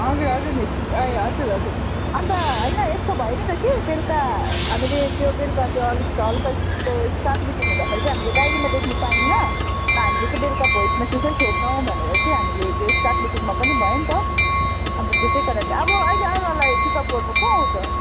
हजुर हजुर मिस ए हजुर हजुर अन्त होइन यस्तो भयो नि त कि बेलुका हामीले त्यो बेलुका त्यो अलिकति हलुका त्यो स्टाफ मिटिङ हुँदाखेरि चाहिँ हामीले डायरीमा लेख्नु पाइनँ र हामीले चाहिँ बेलुका भोइस म्यासेज नै छोड्छौँ भनेर चाहिँ हामीले त्यो स्टाफ मिटिङमा पनि भयो नि त अन्त त्यसै कारणले अब अहिले आरोहलाई पिकअप गर्नु को आउँछ